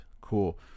Cool